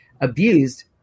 abused